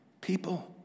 people